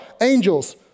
angels